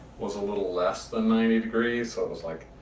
was a little less than ninety degrees. it was like